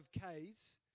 k's